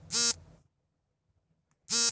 UPI ಸೇವೆಯಿಂದ online ವ್ಯವಹಾರ ಮಾಡಬಹುದೇ?